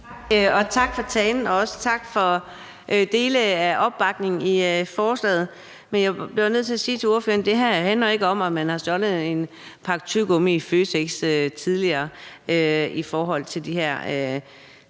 og tak for talen, og også tak for dele af opbakningen til forslaget. Jeg bliver nødt til sige til ordføreren, at det her ikke handler om, om man tidligere har stjålet en pakke tyggegummi i Føtex. Jeg er helt enig i, at der